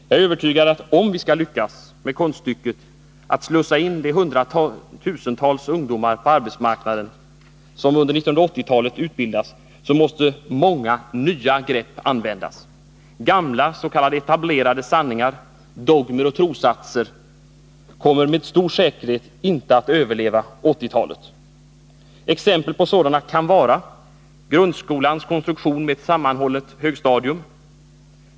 Jag är övertygad om att många nya grepp måste användas, om vi skall lyckas med konststycket att slussa in på arbetsmarknaden de hundratusentals ungdomar som utbildas under 1980-talet. Gamla s.k. etablerade sanningar — dogmer och trossatser — kommer med stor säkerhet inte att överleva 1980-talet. Ett exempel på sådana kan gälla grundskolans konstruktion med ett sammanhållet högstadium.